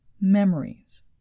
memories